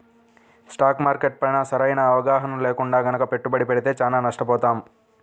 stock market పైన సరైన అవగాహన లేకుండా గనక పెట్టుబడి పెడితే చానా నష్టపోతాం